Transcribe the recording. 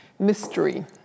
mystery